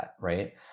right